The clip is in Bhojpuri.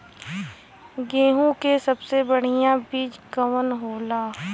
गेहूँक सबसे बढ़िया बिज कवन होला?